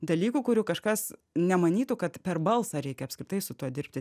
dalykų kurių kažkas nemanytų kad per balsą reikia apskritai su tuo dirbti